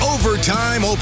Overtime